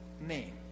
name